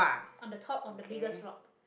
on the top of the biggest rock